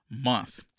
month